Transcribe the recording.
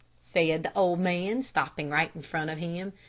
said the old man, stopping right in front of him.